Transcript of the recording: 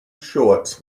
shorts